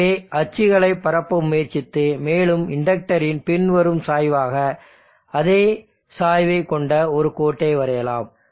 எனவே அச்சுகளை பரப்ப முயற்சித்து மேலும் இண்டக்டரின் பின்வரும் சாய்வாக அதே சாய்வைக் கொண்ட ஒரு கோட்டை வரையலாம்